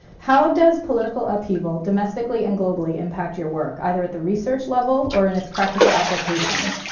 how does political upheaval, domestically and globally, impact your work, either at the research level or in its practical applications?